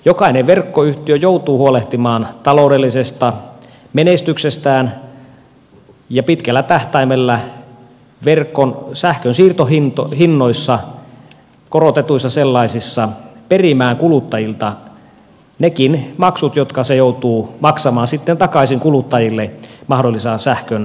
jokainen verkkoyhtiö joutuu huolehtimaan taloudellisesta menestyksestään ja pitkällä tähtäimellä verkon sähkön siirtohinnoissa korotetuissa sellaisissa perimään kuluttajilta nekin maksut jotka se joutuu maksamaan sitten takaisin kuluttajille mahdollisissa sähkökatkostilanteissa